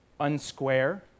unsquare